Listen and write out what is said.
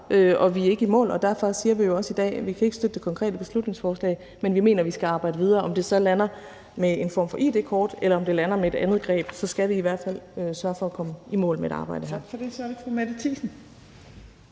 og vi er ikke i mål, og derfor siger vi jo også i dag, at vi ikke kan støtte det konkrete beslutningsforslag, men at vi mener, at vi skal arbejde videre. Uanset om det så lander med en form for id-kort, eller om det lander med et andet greb, skal vi i hvert fald sørge for at komme i mål med det her